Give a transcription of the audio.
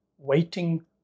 waiting